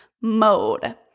mode